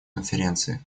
конференции